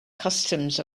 customs